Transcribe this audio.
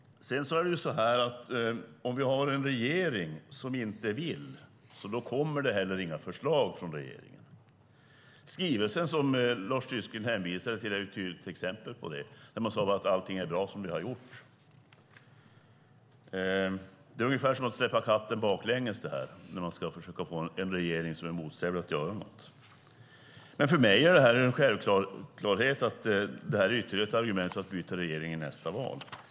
Om vi har en regering som inte vill kommer det heller inga förslag från regeringen. Skrivelsen som Lars Tysklind hänvisade till är ett tydligt exempel på det, där man säger att allt man har gjort är bra. Det är ungefär som att släpa katten baklänges när man ska försöka få en regering som är motsträvig att göra något. För mig är det en självklarhet att det här är ytterligare ett argument för att byta regering i nästa val.